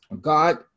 God